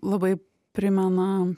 labai primena